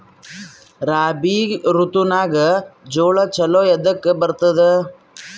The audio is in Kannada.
ರಾಬಿ ಋತುನಾಗ್ ಜೋಳ ಚಲೋ ಎದಕ ಬರತದ?